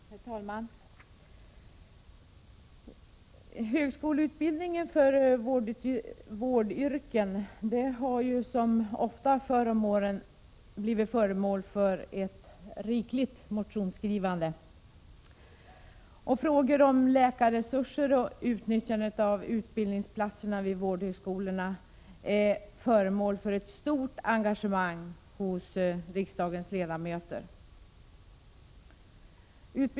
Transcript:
Herr talman! Högskoleutbildningen för vårdyrken har som ofta förut om åren varit föremål för ett rikligt motionsskrivande. Frågor om läkarresurser och utnyttjande av utbildningsplatserna vid vårdhögskolorna är föremål för stort engagemang hos riksdagens ledamöter.